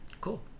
Cool